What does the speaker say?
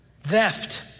theft